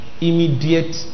immediate